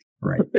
right